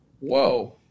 Whoa